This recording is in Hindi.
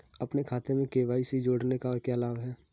अपने खाते में के.वाई.सी जोड़ने का क्या लाभ है?